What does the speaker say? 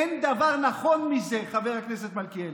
אין דבר נכון מזה, חבר הכנסת מלכיאלי.